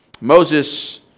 Moses